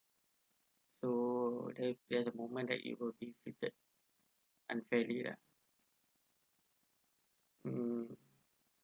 so that is the moment that you were being treated unfairly lah mm